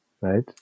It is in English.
Right